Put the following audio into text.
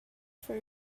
for